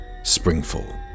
Springfall